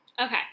Okay